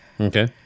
okay